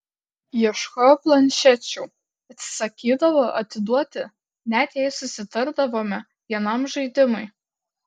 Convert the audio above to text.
ieškojo planšečių atsisakydavo atiduoti net jei susitardavome vienam žaidimui